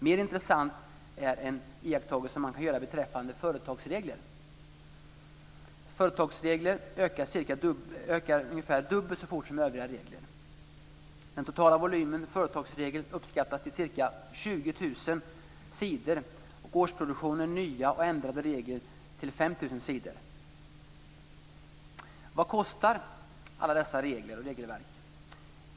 Mer intressant är en iakttagelse man kan göra beträffande företagsregler. Företagsreglerna ökar ungefär dubbelt så fort som övriga regler. Den totala volymen företagsregler uppskattas till ca 20 000 sidor och årsproduktionen nya och ändrade regler till ca 5 000 sidor. Vad kostar alla dessa regler och regelverk?